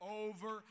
over